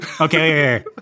Okay